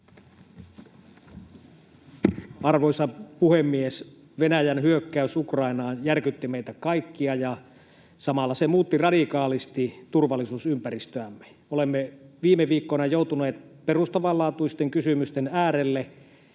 Arvoisa puhemies! Venäjän hyökkäys Ukrainaan järkytti meitä kaikkia, ja samalla se muutti radikaalisti turvallisuusympäristöämme. Olemme viime viikkoina joutuneet perustavanlaatuisten kysymysten äärelle: